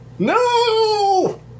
No